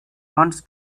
wants